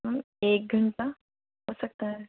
एक घंटा हो सकता है